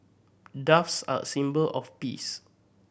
doves are a symbol of peace